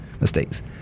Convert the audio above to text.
mistakes